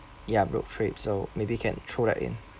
ya road trip so maybe can throw that in